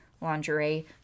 lingerie